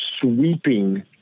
sweeping